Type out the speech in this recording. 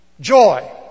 Joy